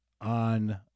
on